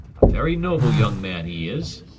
a very noble young man he is.